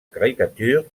caricature